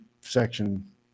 section